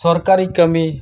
ᱥᱚᱨᱠᱟᱨᱤ ᱠᱟᱹᱢᱤ